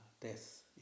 death